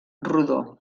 rodó